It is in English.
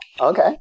okay